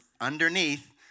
underneath